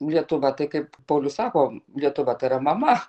lietuva tai kaip paulius sako lietuva tai yra mama